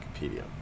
Wikipedia